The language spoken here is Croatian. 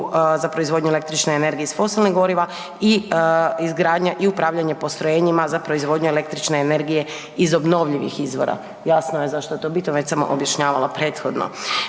za proizvodnju električne energije iz fosilnih goriva i izgradnja i upravljanje postrojenjima za proizvodnju električne energije iz obnovljivih izvora. Jasno je zašto je to bitno već sam objašnjavala prethodno.